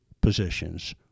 positions